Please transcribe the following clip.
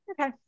Okay